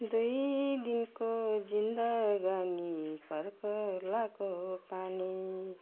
दुई दिनको जिन्दगानी कर्कलाको पानी